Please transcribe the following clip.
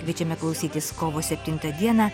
kviečiame klausytis kovo septintą dieną